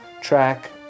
track